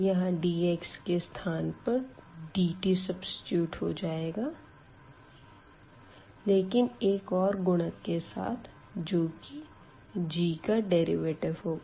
यहाँ dx के स्थान पर dt सब्सीट्यूट हो जायेगा लेकिन एक और गुणक के साथ जो की g का डेरिवेटिव होगा